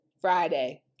Friday